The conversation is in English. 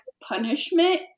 punishment